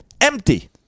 Empty